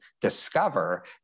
discover